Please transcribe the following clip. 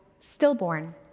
stillborn